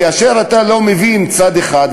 כאשר אתה לא מבין צד אחד,